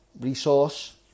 resource